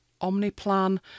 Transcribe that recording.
OmniPlan